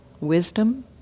wisdom